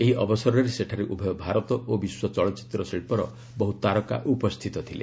ଏହି ଅବସରରେ ସେଠାରେ ଉଭୟ ଭାରତ ଓ ବିଶ୍ୱ ଚଳଚ୍ଚିତ୍ର ଶିଳ୍ପର ବହୁ ତାରକା ଉପସ୍ଥିତ ଥିଲେ